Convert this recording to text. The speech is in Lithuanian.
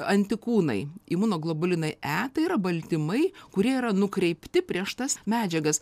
antikūnai imunoglobulinai e tai yra baltymai kurie yra nukreipti prieš tas medžiagas